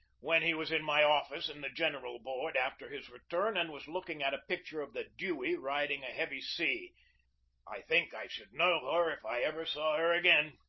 when he was in my office in the general board after his return and was looking at a picture of the dewey riding a heavy sea i think i should know her if i ever saw her again!